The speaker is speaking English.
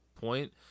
point